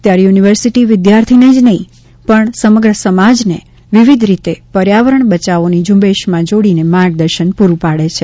ત્યારે યુનિવર્સિટી વિદ્યાર્થીઓને જ નહીં પણ સમગ્ર સમાજને વિવિધ રીતે પર્યાવરણ બચાવોની ઝુંબેશમાં જોડીને માર્ગદર્શન પુરૂ પાડે છે